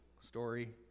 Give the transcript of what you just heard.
story